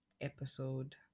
episode